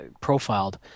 profiled